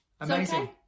amazing